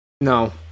no